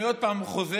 אני עוד פעם חוזר,